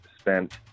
spent